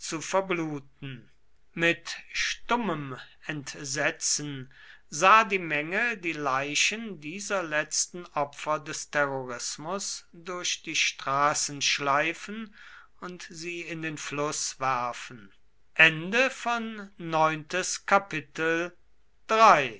zu verbluten mit stummem entsetzen sah die menge die leichen dieser letzten opfer des terrorismus durch die straßen schleifen und sie in den fluß werfen